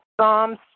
Psalms